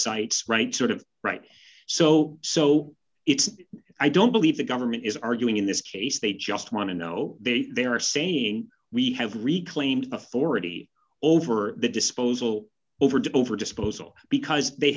recites right sort of right so so it's i don't believe the government is arguing in this case they just want to know they they are saying we have reclaimed authority over the disposal over the over disposal because they